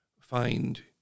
find